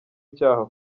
icyaha